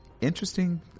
interesting